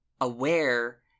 aware